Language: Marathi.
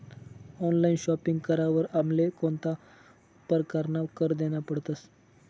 ऑनलाइन शॉपिंग करावर आमले कोणता परकारना कर देना पडतस?